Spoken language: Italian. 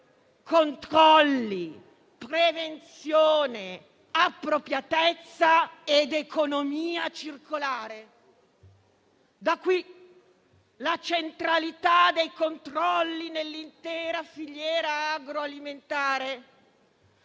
controlli, prevenzione, appropriatezza ed economia circolare. Da qui la centralità dei controlli nell'intera filiera agroalimentare